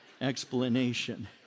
explanation